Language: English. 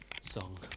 song